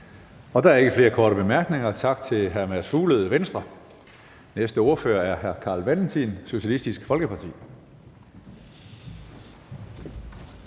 Der er ikke flere korte bemærkninger. Tak til hr. Mads Fuglede, Venstre. Næste ordfører er hr. Carl Valentin, Socialistisk Folkeparti.